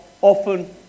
often